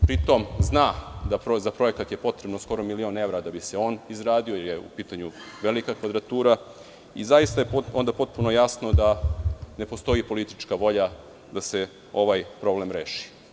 Pri tome zna da je za projekat potrebno skoro milion evra da bi se on izradio, jer je u pitanju velika kvadratura i zaista je onda potpuno jasno da ne postoji politička volja da se ovaj problem reši.